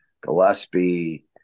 Gillespie